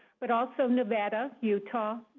but also nevada, utah,